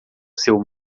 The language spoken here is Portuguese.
seu